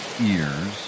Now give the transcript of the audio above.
ears